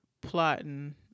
plotting